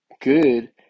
good